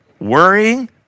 worrying